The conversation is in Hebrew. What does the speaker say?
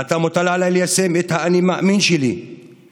מעתה מוטל עליי ליישם את האני-מאמין שלי שאפשר